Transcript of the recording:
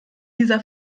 dieser